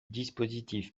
dispositif